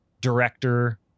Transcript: director